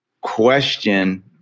question